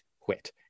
quit